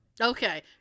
Okay